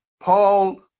paul